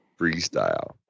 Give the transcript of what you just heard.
Freestyle